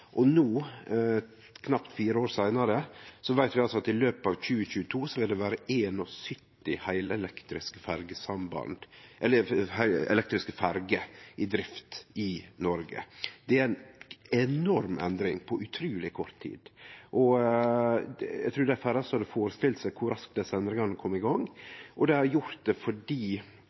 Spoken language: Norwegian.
og no, knapt fire år seinare, veit vi at i løpet av 2022 vil det vere 71 heilelektriske ferjer i drift i Noreg. Det er ei enorm endring på utruleg kort tid. Eg trur dei færraste hadde førestilt seg kor raskt desse endringane kom i gang, og dei har gjort det fordi